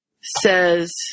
says